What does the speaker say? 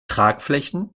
tragflächen